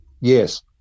yes